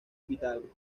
vidal